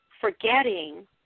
forgetting